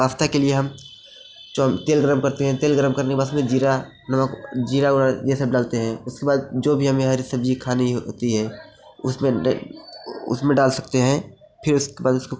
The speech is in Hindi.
पास्ता के लिए हम तेल गरम करते है तेल गरम करने के बाद जीरा नमक जीरा उरा ये सब डालते हैं उसके बाद जो भी हमें हरी सब्जी खानी होती है उसमें उसमें डाल सकते हैं फिर उसके बाद उसको